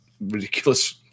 ridiculous